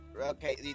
okay